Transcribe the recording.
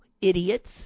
idiots